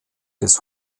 des